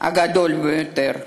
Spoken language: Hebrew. הגדול ביותר.